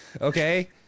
Okay